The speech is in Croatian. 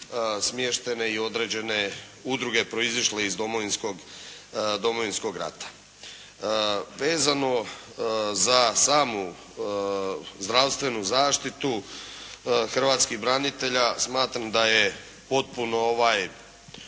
smještene i određene udruge proizišle iz Domovinskog rata. Vezano za samu zdravstvenu zaštitu hrvatskih branitelja smatram da je potpuno